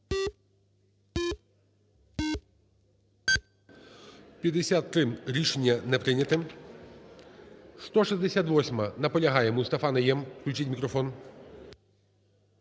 За-53 Рішення не прийнято. 168-а. Наполягає Мустафа Найєм, включіть мікрофон.